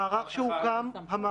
לא.